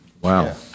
wow